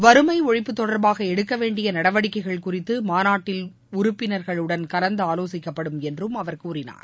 வறுமை ஒழிப்பு தொடர்பாக எடுக்க வேண்டிய நடவடிக்கைகள் குறித்து மாநாட்டில் உறுப்பினர்களுடன் கலந்து ஆலோசிக்கப்படும் என்றும் அவர் கூறினார்